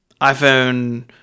iPhone